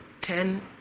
ten